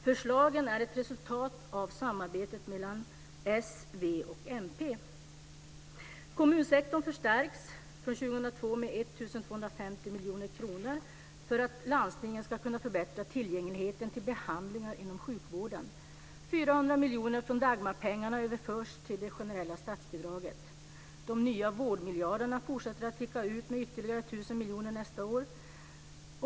Förslagen är ett resultat av samarbetet mellan s, v och mp. Kommunsektorn förstärks för 2002 med 1 250 miljoner kronor för att landstingen ska kunna förbättra tillgängligheten till behandlingar inom sjukvården. 400 miljoner från Dagmarpengarna överförs till det generella statsbidraget. De nya vårdmiljarderna fortsätter att ticka ut med ytterligare 1 000 miljoner nästa år.